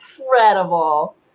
incredible